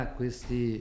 questi